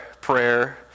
prayer